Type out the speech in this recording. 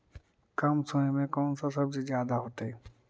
कम समय में कौन से सब्जी ज्यादा होतेई?